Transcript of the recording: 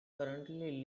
currently